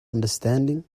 understanding